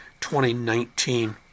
2019